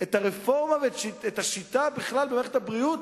את השיטה בכלל במערכת הבריאות,